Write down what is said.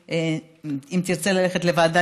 אם תרצה ללכת לוועדה,